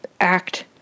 act